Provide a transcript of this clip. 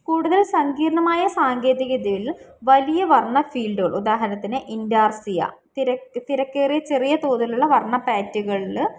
കൂടുതൽ സങ്കീർണ്ണമായ സാങ്കേതിക വിദ്യയിൽ വലിയ വർണ്ണ ഫീൽഡുകൾ ഉദാഹരണത്തിന് ഇൻഡാർസിയ തിരക്കേറിയ ചെറിയ തോതിലുള്ള വർണ്ണപ്പാറ്റുകളിൽ